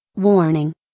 Warning